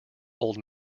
old